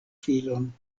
filon